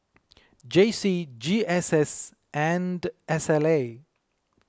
J C G S S and S L A